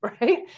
right